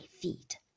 feet